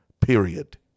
period